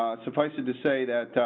suffice to say that